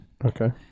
Okay